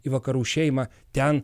į vakarų šeimą ten